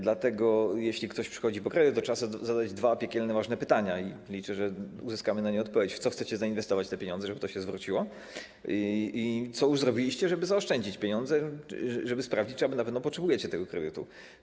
Dlatego jeśli ktoś przychodzi po kredyt, to trzeba sobie zadać dwa piekielnie ważne pytania, i liczę, że uzyskamy na nie odpowiedź: W co chcecie zainwestować te pieniądze, żeby to się zwróciło, i co już zrobiliście, żeby zaoszczędzić pieniądze, żeby sprawdzić, czy aby na pewno potrzebujecie tego kredytu?